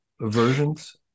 versions